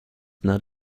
not